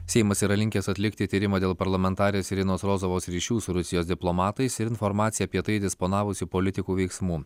seimas yra linkęs atlikti tyrimą dėl parlamentarės irinos rozovos ryšių su rusijos diplomatais ir informacija apie tai disponavusių politikų veiksmų